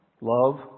Love